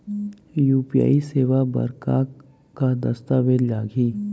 UPI सेवा बर का का दस्तावेज लागही?